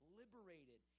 liberated